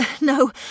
No